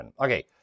Okay